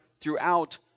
throughout